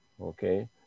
Okay